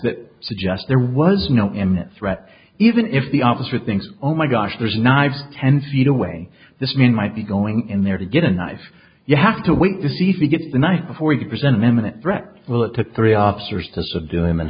that suggest there was no imminent threat even if the officer thinks oh my gosh there's knives ten feet away this man might be going in there to get a knife you have to wait to see if he gets the night before you present eminent threat well it took three officers to subdue him in